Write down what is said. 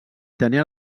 tenia